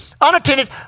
Unattended